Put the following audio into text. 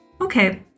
Okay